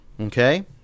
Okay